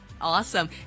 Awesome